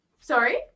Sorry